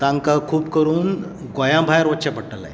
तांकां खूब करून गोंया भायर वच्चे पडटलें